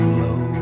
low